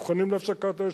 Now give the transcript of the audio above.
אנחנו מוכנים להפסקת אש.